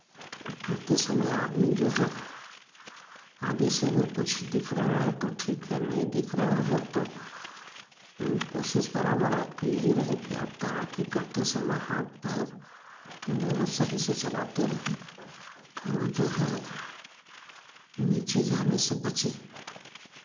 करते समय आदमी जो है आगे से अगर कुछ दिख रहा है तो ठीक है नहीं दिख रहा है तो कोशिश बराबर आपकी यही रहे कि आप तैराकी करते समय हाथ पैर दोनों सही से चलाते रहें और जो है नीचे जाने से बचें